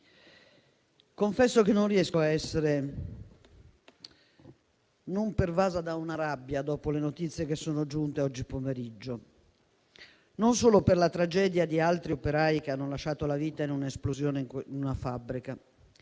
confesso che non riesco a non essere pervasa da una rabbia dopo le notizie che sono giunte oggi pomeriggio: non solo per la tragedia di altri operai che hanno lasciato la vita in un'esplosione in una fabbrica,